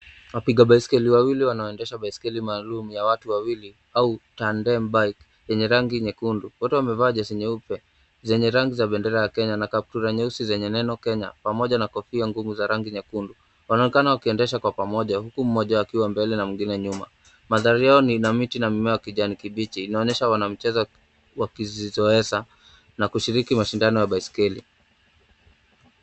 Wapiga baiskeli wawili wanaoendesha baiskeli maalum ya watu wawili au tandem bike yenye rangi nyekundu. Wote wamevaa jezi nyeupe zenye rangi za bendera ya Kenya na kaptura nyeusi zenye neno Kenya, pamoja na kofia ngumu za rangi nyekundu. Wanaonekana wakiendesha kwa pamoja huku mmoja akiwa mbele na mwengine nyuma. Mandhari yao ni na miti na mimea wa kijani kibichi. Inaonyesha wanamchezo wakijizoeza na kushiriki mashindano ya baiskeli.